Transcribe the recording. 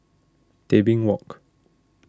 Tebing Walk